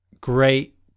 Great